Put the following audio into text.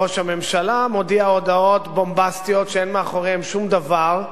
ראש הממשלה מודיע הודעות בומבסטיות שאין מאחוריהן שום דבר,